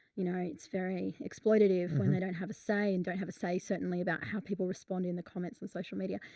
you know, it's very exploitative when they don't have a say. and don't have a say. certainly about how people respond in the comments on social media.